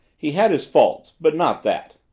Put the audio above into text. he had his faults but not that.